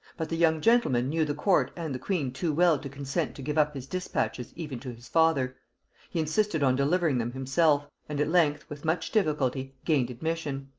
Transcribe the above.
but the young gentleman knew the court and the queen too well to consent to give up his dispatches even to his father he insisted on delivering them himself, and at length, with much difficulty gained admission.